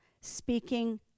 Speaking